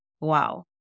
Wow